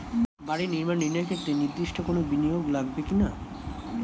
বাড়ি নির্মাণ ঋণের ক্ষেত্রে নির্দিষ্ট কোনো বিনিয়োগ লাগবে কি না?